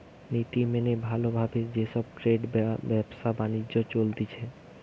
নীতি মেনে ভালো ভাবে যে সব ট্রেড বা ব্যবসা বাণিজ্য চলতিছে